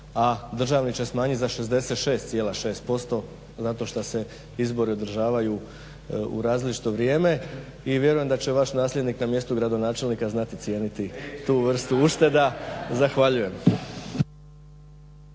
a državni će smanjiti za 66,6% zato što se izbori održavaju u različito vrijeme i vjerujem da će vaš nasljednik na mjestu gradonačelnika znati cijeniti tu vrstu ušteda. Zahvaljujem.